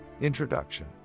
Introduction